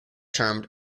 termed